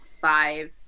five